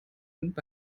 und